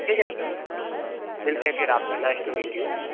ठीक है फिर मिलते हैं फिर आपसे नाइस टू मीट यू